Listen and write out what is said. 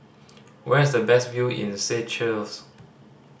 where is the best view in Seychelles